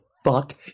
fuck